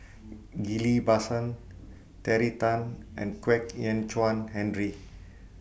Ghillie BaSan Terry Tan and Kwek Hian Chuan Henry